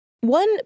One